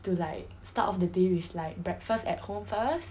to like start off the day with like breakfast at home first